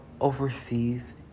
overseas